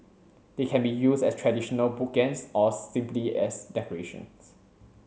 they can be used as traditional bookends or simply as decorations